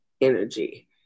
energy